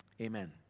Amen